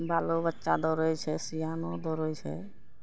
बालो बच्चा दौड़ै छै सियानो दौड़ै छै